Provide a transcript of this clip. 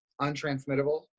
untransmittable